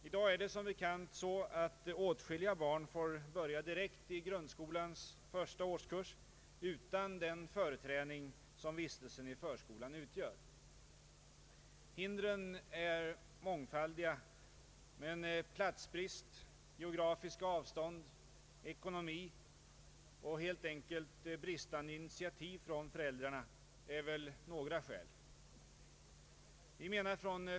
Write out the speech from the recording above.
I dag får som bekant åtskilliga barn börja direkt i grundskolans första årskurs utan den förträning som vistelsen i förskolan utgör. Hindren är mångfaldiga, men platsbrist, geografiska avstånd, ekonomi och helt enkelt bristande initiativ från föräldrarnas sida är några av skälen.